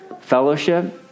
fellowship